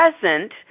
present